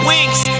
Wings